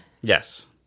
yes